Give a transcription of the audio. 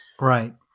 right